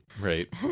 right